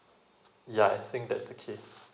yeah I think that's the case